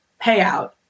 payout